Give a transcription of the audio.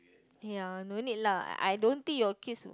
ya no need lah I don't think your kids